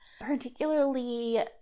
particularly